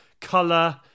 color